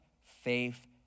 faith